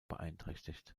beeinträchtigt